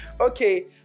Okay